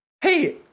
Hey